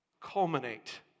culminate